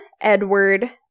Edward